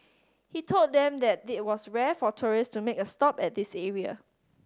he told them that it was rare for tourist to make a stop at this area